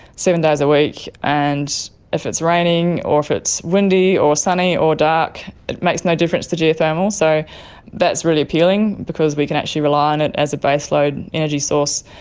seven days a week, and if it's raining or if it's windy or sunny or dark, it makes no difference to geothermal. so that's really appealing because we can actually rely on it as a baseload energy source,